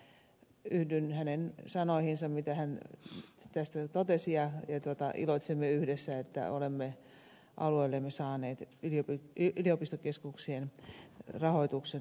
en käy sitä toistamaan mutta yhdyn hänen sanoihinsa mitä hän tästä totesi ja iloitsemme yhdessä että olemme alueellemme saaneet yliopistokeskusten rahoituksen turvatuksi